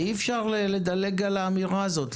אי-אפשר לדלג על האמירה הזאת,